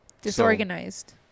disorganized